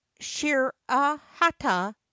shirahata